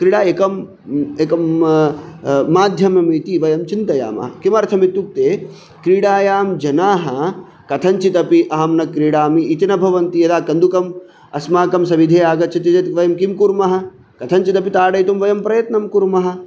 क्रीडा एकम् एकं माध्यमम् इति वयं चिन्तयामः किमर्थम् इत्युक्ते क्रीडायां जनाः कथञ्चितपि अहं न क्रीडामि इति न भवन्ति यदा कन्दुकम् अस्माकं सविधे आगच्छति चेत् वयं किं कुर्मः कथञ्चिदपि ताडयितुं वयं प्रयत्नं कुर्मः